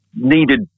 needed